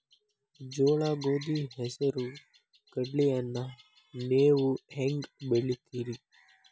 ಜೋಳ, ಗೋಧಿ, ಹೆಸರು, ಕಡ್ಲಿಯನ್ನ ನೇವು ಹೆಂಗ್ ಬೆಳಿತಿರಿ?